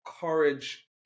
courage